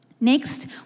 Next